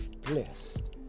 blessed